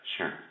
Sure